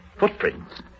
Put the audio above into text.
Footprints